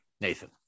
Nathan